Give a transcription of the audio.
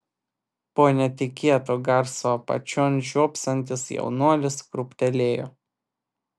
po netikėto garso apačion žiopsantis jaunuolis krūptelėjo